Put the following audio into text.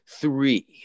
three